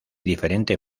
diferente